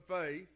faith